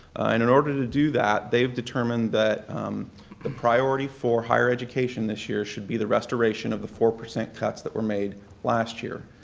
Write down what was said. and in order to do that, they've determined that the priority for higher education this year should be the restoration of the four percent cuts that were made last year.